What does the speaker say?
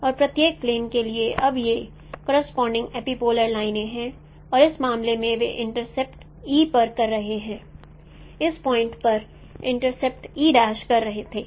और प्रत्येक प्लेन के लिए अब ये करोसपोंडिंग एपिपोलर लाइनें हैं और इस मामले में वे इंटरसेप्ट कर रहे हैं इस पॉइंट पर इंटरसेप्ट कर रहे थे